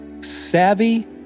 savvy